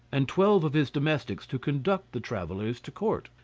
and twelve of his domestics to conduct the travellers to court.